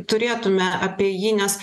turėtume apie jį nes